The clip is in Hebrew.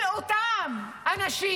של אותם אנשים,